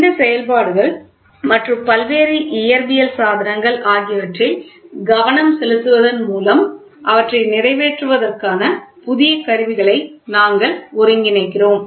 இந்த செயல்பாடுகள் மற்றும் பல்வேறு இயற்பியல் சாதனங்கள் ஆகியவற்றில் கவனம் செலுத்துவதன் மூலம் அவற்றை நிறைவேற்றுவதற்கான புதிய கருவிகளை நாங்கள் ஒருங்கிணைக்கிறோம்